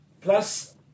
Plus